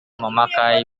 memakai